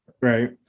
Right